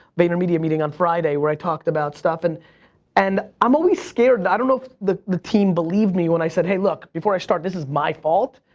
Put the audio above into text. vaynermedia meeting on friday, where i talked about stuff and and i'm always scared that i don't know if the the team believed me, when i said, hey look, before i start, this is my fault.